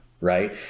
Right